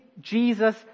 Jesus